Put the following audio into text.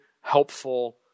helpful